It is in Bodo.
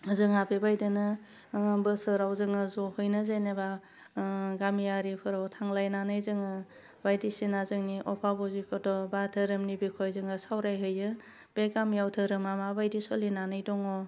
जोंहा बेबायदिनो बोसोराव जोङो जहैनो जेनेबा गामियारिफोराव थांलायनानै जोङो बायदिसिना जोंनि अबाबजिखथ' बा जोंनि धोरोमनि बिखय जोङो सावरायहैयो बे गामियाव धोरोमा मा बायदि सोलिनानै दङ